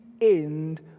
end